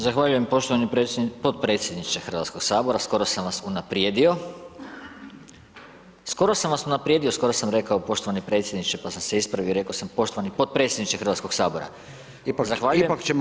Zahvaljujem poštovani podpredsjedniče Hrvatskog sabora, skoro sam vas unaprijedio, skoro sam vas unaprijedio skoro sam rekao poštovani predsjedniče pa sam se ispravio i reko sam poštovani podpredsjedniče Hrvatskog sabora, ipak zahvaljujem